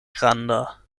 granda